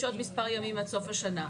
יש עוד מספר ימים עד סוף השנה.